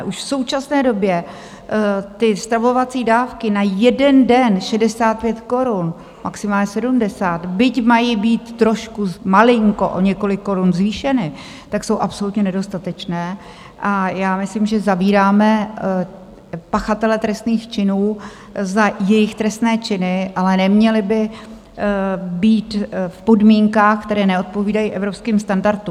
Už v současné době ty stravovací dávky na jeden den 65 korun, maximálně 70, byť mají být trošku malinko o několik korun zvýšeny, tak jsou absolutně nedostatečné, a já myslím, že zavíráme pachatele trestných činů za jejich trestné činy, ale neměli by být v podmínkách, které neodpovídají evropským standardům.